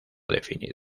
definido